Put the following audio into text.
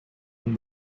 and